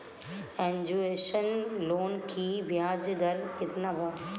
Education loan की ब्याज दर केतना बा?